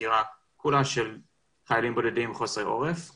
דירה של חיילים בודדים חסרי עורף,